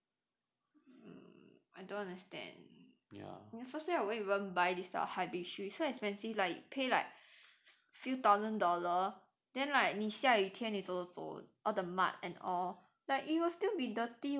um I don't understand in the first place I won't even by this type of hypebeast shoes so expensive like pay like few thousand dollar then like 你下雨天里走走 all the mud and all like it will still be dirty [what]